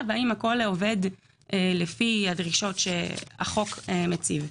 והאם הכול עובד לפי הדרישות שהחוק מציב.